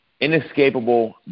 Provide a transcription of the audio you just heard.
inescapable